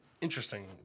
interesting